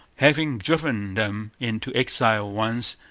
having driven them into exile once,